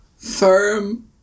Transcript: Firm